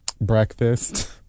Breakfast